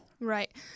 right